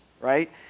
right